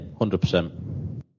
100%